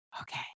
okay